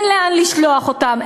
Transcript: אין לאן לשלוח אותם,